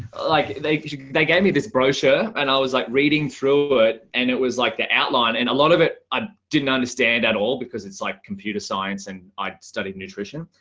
like they they gave me this brochure. and i was like reading through ah it. and it was like the outline and a lot of it. i didn't understand at all because it's like computer science, and i studied nutrition.